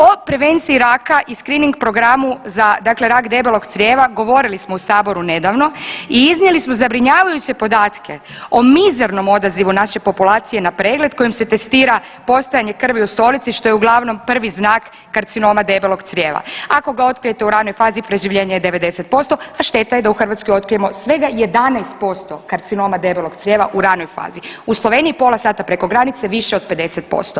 O prevenciji raka i screening programu za dakle rak debelog crijeva govorili smo u saboru nedavno i iznijeli smo zabrinjavajuće podatke o mizernom odazivu naše populacije na pregled kojim se testira postojanje krvi u stolici što je uglavnom prvi znak karcinoma debelog crijeva, a ako ga otkrijete u ranoj fazi preživljenje je 90%, a šteta je da u Hrvatskoj otkrijemo svega 11% karcinoma debelog crijeva u ranoj fazi, u Sloveniji pola sata preko granice više od 50%